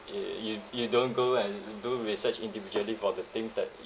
uh you you don't go and and do research individually for the things that